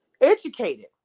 educated